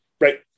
right